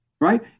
right